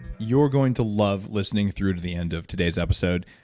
you're going to love listening through to the end of today's episode.